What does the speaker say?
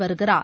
வருகிறார்